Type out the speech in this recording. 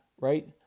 right